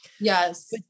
Yes